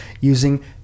Using